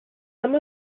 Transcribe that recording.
some